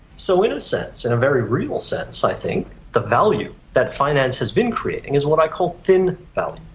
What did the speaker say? so in a sense, in a very real sense i think the value that finance has been creating is what i call thin value,